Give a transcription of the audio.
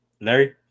Larry